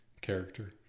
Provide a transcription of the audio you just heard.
character